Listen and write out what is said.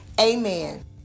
Amen